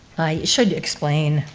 i should explain,